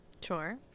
Sure